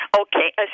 Okay